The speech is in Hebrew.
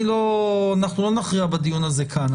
אנחנו לא נכריע בדיון הזה כאן,